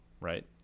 right